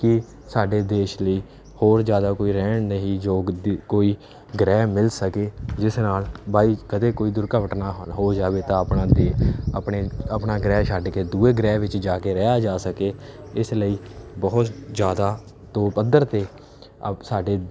ਕਿ ਸਾਡੇ ਦੇਸ਼ ਲਈ ਹੋਰ ਜ਼ਿਆਦਾ ਕੋਈ ਰਹਿਣ ਨਹੀਂ ਯੋਗ ਦ ਕੋਈ ਗ੍ਰਹਿ ਮਿਲ ਸਕੇ ਜਿਸ ਨਾਲ ਬਾਈ ਕਦੇ ਕੋਈ ਦੁਰਘਟਨਾ ਨਾ ਹੋ ਜਾਵੇ ਤਾਂ ਆਪਣਾ ਦੀ ਆਪਣੇ ਆਪਣਾ ਗ੍ਰਹਿ ਛੱਡ ਕੇ ਦੂਜੇ ਗ੍ਰਹਿ ਵਿੱਚ ਜਾ ਕੇ ਰਿਹਾ ਜਾ ਸਕੇ ਇਸ ਲਈ ਬਹੁਤ ਜ਼ਿਆਦਾ ਤੋਂ ਪੱਧਰ 'ਤੇ ਅ ਸਾਡੇ